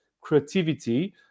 creativity